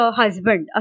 husband